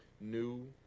new